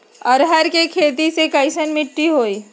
अरहर के खेती मे कैसन मिट्टी होइ?